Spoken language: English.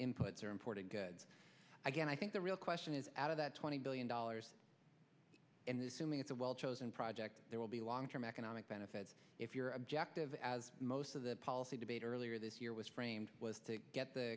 inputs are importing goods again i think the real question is out of that twenty billion dollars and this to me it's a well chosen project there will be long term economic benefits if your objective as most of the policy debate earlier this year was framed was to get the